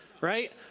right